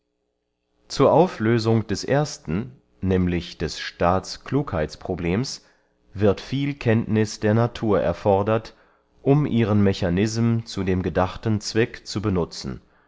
zur auflösung des ersten nämlich des staats klugheitsproblems wird viel kenntnis der natur erfordert um ihren mechanism zu dem gedachten zweck zu benutzen